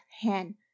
hen